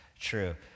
true